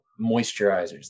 moisturizers